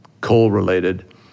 coal-related